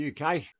UK